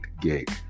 gig